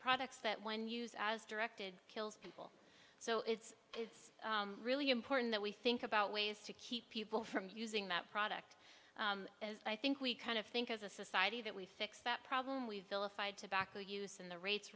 products that when used as directed kills people so it's it's really important that we think about ways to keep people from using that product as i think we kind of think as a society that we fix that problem we've vilified tobacco use and the rates